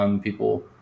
people